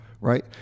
right